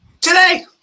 today